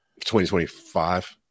2025